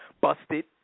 busted